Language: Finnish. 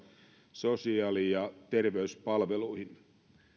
sosiaali ja terveyspalveluihin